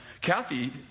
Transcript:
Kathy